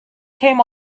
came